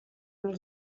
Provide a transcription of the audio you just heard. els